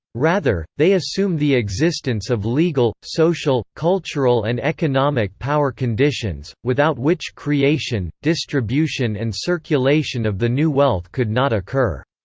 rather, they assume the existence of legal, social, cultural and economic power conditions, without which creation, distribution and circulation of the new wealth could not occur.